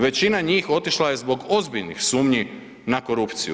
Većina njih otišla je zbog ozbiljnih sumnji na korupciju.